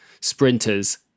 sprinters